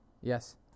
Yes